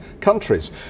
countries